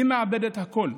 היא מאבדת הכול.